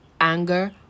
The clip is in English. anger